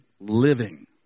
living